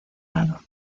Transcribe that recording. lado